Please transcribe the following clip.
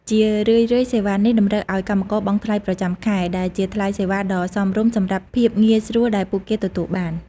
ជារឿយៗសេវានេះតម្រូវឱ្យកម្មករបង់ថ្លៃប្រចាំខែ ដែលជាថ្លៃសេវាដ៏សមរម្យសម្រាប់ភាពងាយស្រួលដែលពួកគេទទួលបាន។